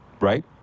right